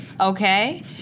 okay